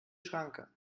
schranke